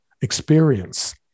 experience